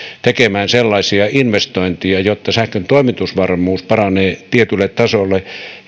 tekemään sellaisia investointeja että sähkön toimitusvarmuus paranee tietylle tasolle